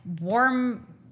warm